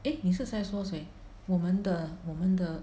eh 你是在说谁我们的我们的